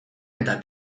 eta